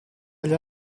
agli